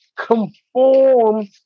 conform